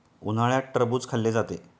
उन्हाळ्यात टरबूज खाल्ले जाते